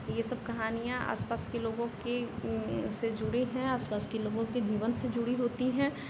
यह सब कहानियाँ आसपास के लोगों की से जुड़ी है आसपास के लोगों की जीवन से जुड़ी होती हैं